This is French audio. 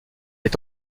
est